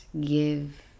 give